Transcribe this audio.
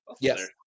Yes